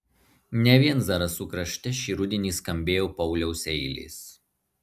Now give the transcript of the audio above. ne vien zarasų krašte šį rudenį skambėjo pauliaus eilės